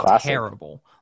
terrible